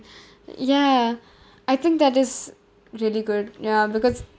ya I think that is really good ya because